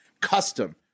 custom